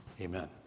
Amen